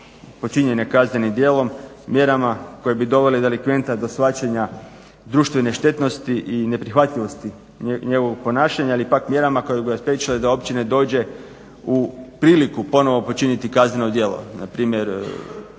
počinjene kaznenim djelom, mjerama koje bi dovele delikventa do shvaćanja društvene štetnosti i neprihvatljivosti njegovog ponašanja ili pak mjerama koje bi ga spriječile da uopće ne dođe u priliku ponovo počiniti kazneno djelo. Npr.